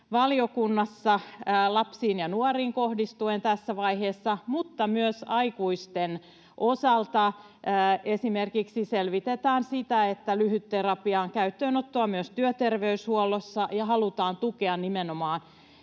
valiokunnassa lapsiin ja nuoriin kohdistuen tässä vaiheessa, mutta myös aikuisten osalta esimerkiksi selvitetään lyhytterapian käyttöönottoa myös työterveyshuollossa ja halutaan tukea nimenomaan